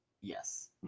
Yes